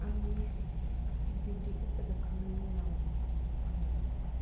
आंनि डिग्रिखौ फोजोबखांनायनि उनाव आङो